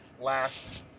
last